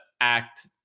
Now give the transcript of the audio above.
act